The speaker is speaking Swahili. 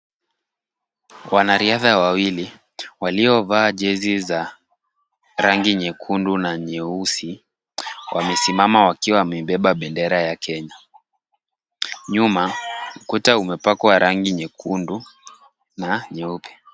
Wana riadha wawili waliovaa jezi za rangi nyekundu na nyeusi. Wamesimama wakiwa wamebeba bendera ya Kenya. Nyuma mkuta umepakwa rangi nyekundu. Na nyeupe.